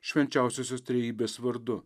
švenčiausiosios trejybės vardu